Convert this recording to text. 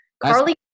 Carly